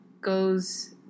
goes